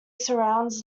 surrounds